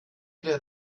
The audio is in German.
der